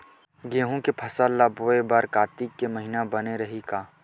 गेहूं के फसल ल बोय बर कातिक महिना बने रहि का?